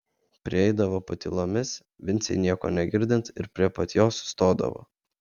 prieidavo patylomis vincei nieko negirdint ir prie pat jo sustodavo